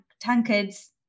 tankards